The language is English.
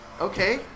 okay